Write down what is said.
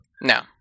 No